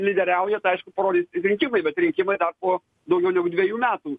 lyderiauja tai aišku parodys rinkimai bet rinkimai dar po daugiau negu dviejų metų